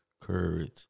courage